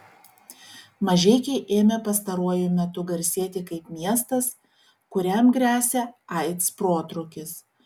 mažeikiai ėmė pastaruoju metu garsėti kaip miestas kuriam gresia aids protrūkis